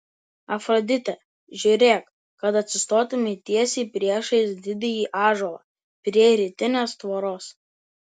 afrodite žiūrėk kad atsistotumei tiesiai priešais didįjį ąžuolą prie rytinės tvoros